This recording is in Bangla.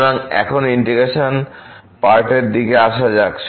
সুতরাং এখন ইন্টিগ্রেশন পার্ট এর দিকে আসা যাক